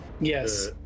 yes